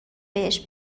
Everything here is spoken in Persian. بهش